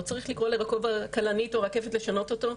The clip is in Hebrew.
לא צריך לקרוא לרחוב הכלנית או רקפת לשנות אותו,